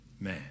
man